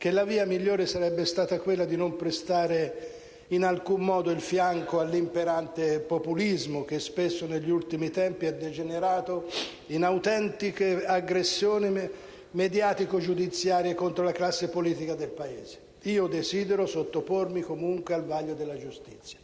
che la via migliore sarebbe stata quella di non prestare in alcun modo il fianco all'imperante populismo, che spesso negli ultimi tempi è degenerato in autentiche aggressioni mediatico-giudiziarie contro la classe politica del Paese. Io desidero sottopormi comunque al vaglio della giustizia,